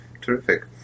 Terrific